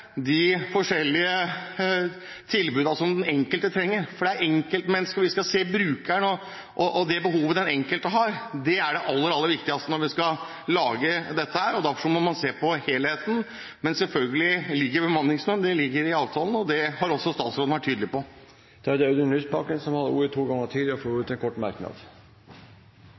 de forskjellige tilbudene som den enkelte trenger. Det er enkeltmennesket vi skal se, brukeren, og det behovet den enkelte har. Det er aller viktigst når vi skal lage dette. Derfor må vi se på helheten. Men selvfølgelig ligger det en bemanningsnorm i avtalen, og det har statsråden også vært tydelig på. Representanten Audun Lysbakken har hatt ordet to ganger tidligere og får ordet til en kort merknad, begrenset til 1 minutt. Det kan ikke få